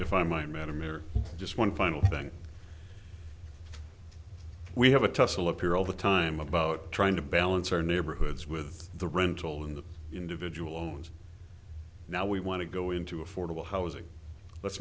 mirror just one final thing we have a tussle up here all the time about trying to balance our neighborhoods with the rental in the individual loans now we want to go into affordable housing let's